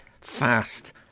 fast